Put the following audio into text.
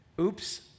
Oops